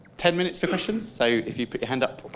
ten minutes for questions. so if you put your hand up,